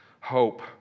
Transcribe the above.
hope